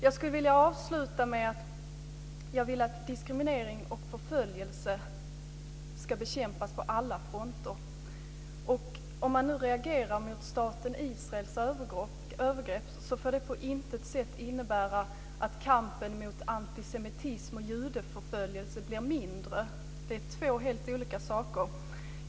Jag skulle vilja avsluta med att säga att jag vill att diskriminering och förföljelse ska bekämpas på alla fronter. Om man nu reagerar mot staten Israels övergrepp får det på intet sätt innebära att kampen mot antisemitism och judeförföljelse blir mindre. Det är två helt olika saker.